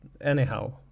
anyhow